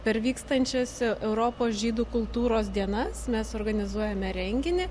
per vykstančias europos žydų kultūros dienas mes organizuojame renginį